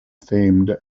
themed